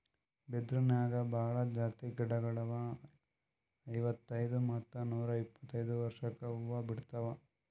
ಬಿದಿರ್ನ್ಯಾಗ್ ಭಾಳ್ ಜಾತಿ ತಳಿ ಗಿಡಗೋಳು ಅರವತ್ತೈದ್ ಮತ್ತ್ ನೂರ್ ಇಪ್ಪತ್ತೈದು ವರ್ಷ್ಕ್ ಹೂವಾ ಬಿಡ್ತಾವ್